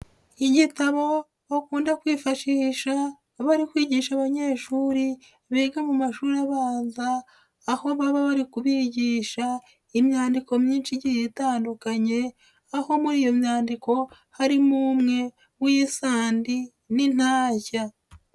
Igitabo bakunda kwifashisha bari kwigisha abanyeshuri biga mu mashuri abanza, aho baba bari kubigisha imyandiko myinshi igiye itandukanye, aho muri iyo myandiko harimo umwe w'isandi n'intajya.